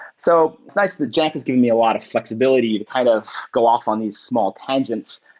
so it's nice that jamf is doing me a lot of flexibility to kind of go off on these small tangents.